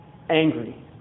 angry